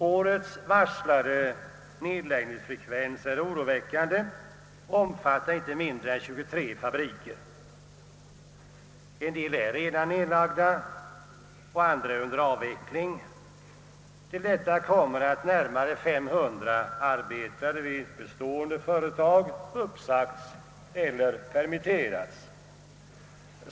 Årets varslade nedläggelser är oroväckande och omfattar inte mindre än 23 fabriker. En del är redan nedlagda och andra under avveckling. Härtill kommer att närmare 500 arbetare vid bestående företag har uppsagts eller permitterats.